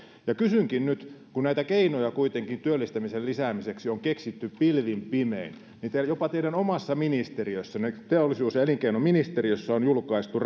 kysynkin nyt kun näitä keinoja kuitenkin työllistämisen lisäämiseksi on keksitty pilvin pimein ja jopa teidän omassa ministeriössänne teollisuus ja elinkeinoministeriössä on julkaistu